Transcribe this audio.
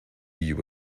you